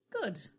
Good